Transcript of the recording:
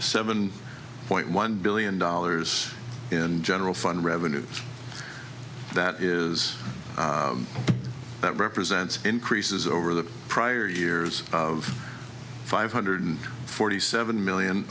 seven point one billion dollars in general fund revenue that is that represents increases over the prior years of five hundred forty seven million